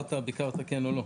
הזכרת ביקרת כן או לא.